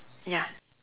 ya